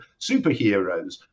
superheroes